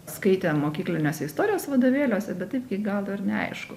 skaitėm mokykliniuose istorijos vadovėliuose bet taip galo ir neaišku